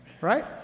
right